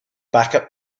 backup